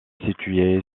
situé